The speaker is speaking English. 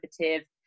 innovative